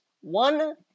One